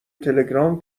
تلگرام